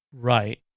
Right